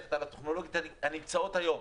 וללכת על הטכנולוגיות הנמצאות היום,